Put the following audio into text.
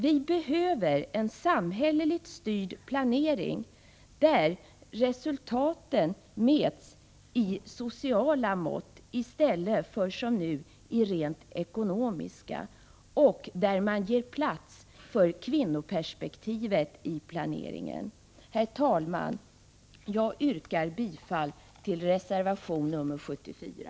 Vi behöver en samhälleligt styrd planering, där resultaten mäts i sociala mått i stället för som nu i rent ekonomiska och där man ger plats för kvinnoperspektivet i planeringen. Herr talman! Jag yrkar bifall till reservation 74.